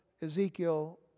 Ezekiel